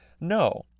No